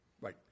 Right